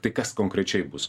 tai kas konkrečiai bus